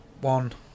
one